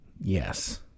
Yes